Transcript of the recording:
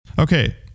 Okay